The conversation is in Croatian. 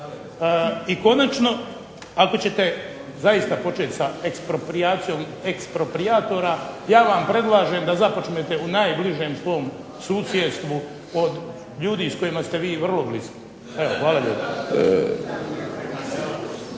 I konačno, ako ćete zaista početi sa eksproprijacijom eksproprijatora ja vam predlažem da započnete u najbližem svom susjedstvu od ljudi s kojima ste vi vrlo bliski. Evo, hvala lijepo.